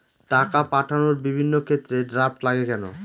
টাকা পাঠানোর বিভিন্ন ক্ষেত্রে ড্রাফট লাগে কেন?